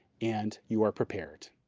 and you are prepared.